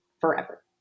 forever